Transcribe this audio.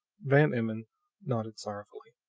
van emmon nodded sorrowfully.